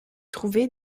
trouvé